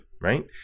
right